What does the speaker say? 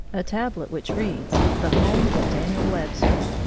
a tablet which reads the home of daniel webster.